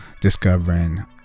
discovering